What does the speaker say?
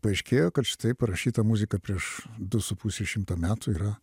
paaiškėjo kad štai parašyta muzika prieš du su puse šimto metų yra